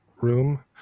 room